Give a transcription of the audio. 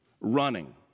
running